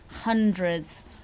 hundreds